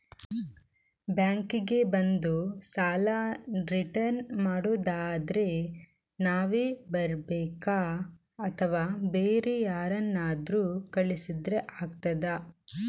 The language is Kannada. ಬ್ಯಾಂಕ್ ಗೆ ಬಂದು ಸಾಲ ರಿಟರ್ನ್ ಮಾಡುದಾದ್ರೆ ನಾವೇ ಬರ್ಬೇಕಾ ಅಥವಾ ಬೇರೆ ಯಾರನ್ನಾದ್ರೂ ಕಳಿಸಿದ್ರೆ ಆಗ್ತದಾ?